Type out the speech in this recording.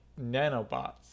nanobots